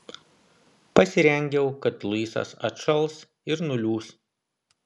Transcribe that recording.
pasirengiau kad luisas atšals ir nuliūs